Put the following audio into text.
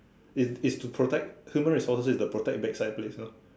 it it's to protect human resources is to protect backside place you know